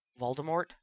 Voldemort